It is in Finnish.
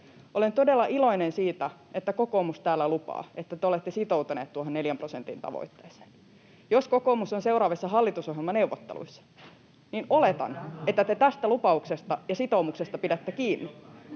Olen todella iloinen siitä, että kokoomus täällä lupaa, että te olette sitoutuneet tuohon 4 prosentin tavoitteeseen. Jos kokoomus on seuraavissa hallitusohjelmaneuvotteluissa, niin oletan, että te tästä lupauksesta ja sitoumuksesta pidätte kiinni.